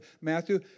Matthew